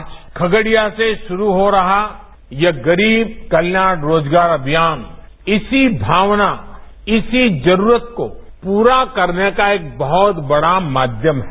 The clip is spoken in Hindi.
आज खगडिया से शुरू हो रहा यह गरीब कल्याण रोजगार अनियान इसी भावना इसी जरूरत को पूरा करने का बहुत बढ़ा माध्यम है